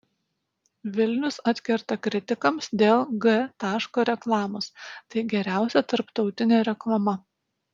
vilnius atkerta kritikams dėl g taško reklamos tai geriausia tarptautinė reklama